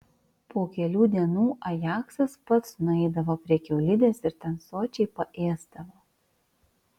po kelių dienų ajaksas pats nueidavo prie kiaulidės ir ten sočiai paėsdavo